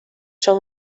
són